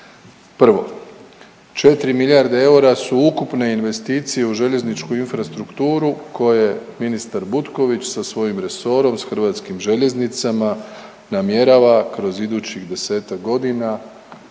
Prvo, 4 milijarde eura su ukupne investicije u željezničku infrastrukturu koje ministar Butković sa svojim resorom s Hrvatskim željeznicama namjerava kroz idućih 10-tak godina